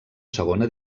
segona